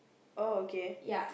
oh okay